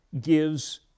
gives